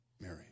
Mary